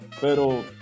pero